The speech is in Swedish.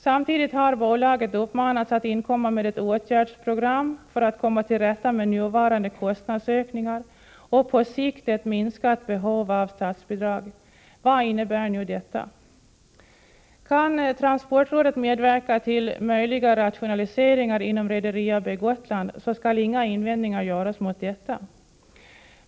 Samtidigt har bolaget uppmanats att inkomma med ett åtgärdsprogram för att man skall komma till rätta med nuvarande kostnadsökningar och på sikt få ett minskat behov av statsbidrag. Vad innebär nu detta? Kan transportrådet medverka till möjliga rationaliseringar inom Rederi AB Gotland, så skall inga invändningar göras mot detta.